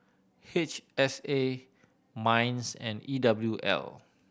H S A MINDS and E W L